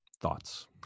Thoughts